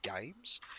games